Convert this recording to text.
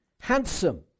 Handsome